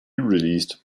released